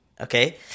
okay